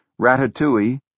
Ratatouille